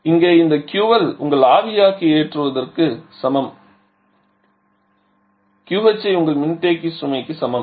இங்கே இந்த QL உங்கள் ஆவியாக்கி ஏற்றுவதற்கு சமம் QH ஐ உங்கள் மின்தேக்கி சுமைக்கு சமம்